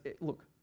look